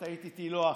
את היית איתי לא אחת.